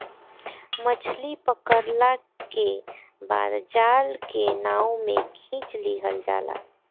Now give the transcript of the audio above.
मछली पकड़ला के बाद जाल के नाव में खिंच लिहल जाला